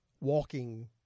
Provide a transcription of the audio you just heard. walking